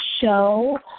show